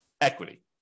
equity